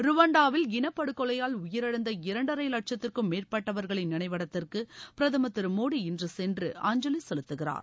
ருவாண்டாவில் இனப்படுகொலையால் உயிரிழந்த இரண்டரை வட்சத்திற்கும் மேற்பட்டவர்களின் நினைவிடத்திற்கு பிரதமர் திரு மோடி இன்று சென்று அஞ்சலி செலுத்துகிறார்